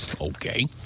okay